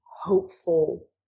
hopeful